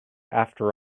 after